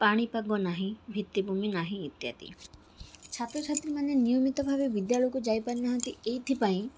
ପାଣିପାଗ ନାହିଁ ଭିତ୍ତିଭୂମି ନାହିଁ ଇତ୍ୟାଦି ଛାତ୍ର ଛାତ୍ରୀମାନେ ନିୟମିତ ଭାବେ ବିଦ୍ୟାଳୟକୁ ଯାଇପାରୁ ନାହାଁନ୍ତି ଏଇଥିପାଇଁ